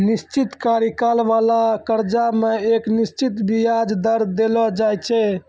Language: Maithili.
निश्चित कार्यकाल बाला कर्जा मे एक निश्चित बियाज दर देलो जाय छै